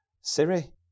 Siri